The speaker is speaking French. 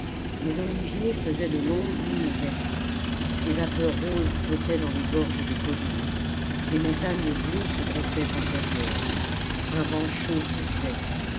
les oliviers faisaient de longues lignes vertes des vapeurs roses flottaient dans les gorges des collmes des montagnes bleues se dressaient par derrière un vent chaud soufflait